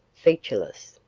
featureless,